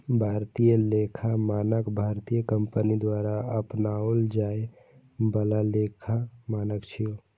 भारतीय लेखा मानक भारतीय कंपनी द्वारा अपनाओल जाए बला लेखा मानक छियै